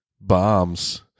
Bombs